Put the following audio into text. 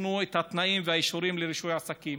ייתנו את התנאים והאישורים לרישוי עסקים?